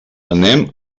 anem